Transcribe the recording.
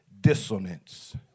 dissonance